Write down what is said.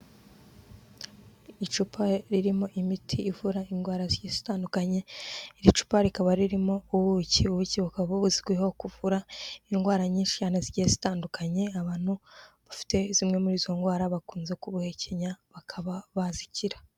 Icupa ririmo imiti ivura indwara zigiye zitandukanye iri cupa rikaba ririmo ubuki ,ubuki bukaba buzwiho kuvura indwara nyinshi cyane zigiye zitandukanye abantu bafite zimwe muri izo ndwara bakunze kubuhekenya bakaba bazikira.